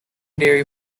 dairy